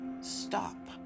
Stop